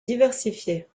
diversifiées